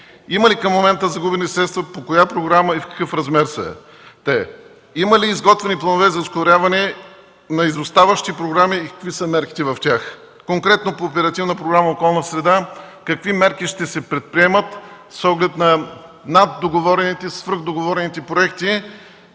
Има ли към момента загубени средства, по коя програма и в какъв размер са те? Има ли изготвени планове за ускоряване на изоставащи програми и какви са мерките в тях? Конкретно по Оперативна програма „Околна среда” какви мерки ще се предприемат с оглед на свръхдоговорените проекти,